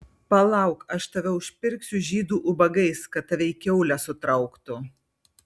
palauk aš tave užpirksiu žydų ubagais kad tave į kiaulę sutrauktų